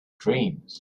dreams